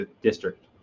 district